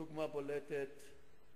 דוגמה בולטת,